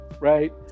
right